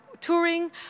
touring